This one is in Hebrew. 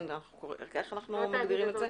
החברה המשותפת, כן, איך אנחנו מגדירים את זה?